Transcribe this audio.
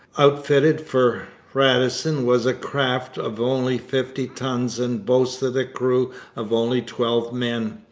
outfitted for radisson, was a craft of only fifty tons and boasted a crew of only twelve men.